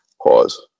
Pause